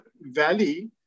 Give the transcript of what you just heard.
Valley